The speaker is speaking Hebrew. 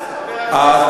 ממלכתי-דתי,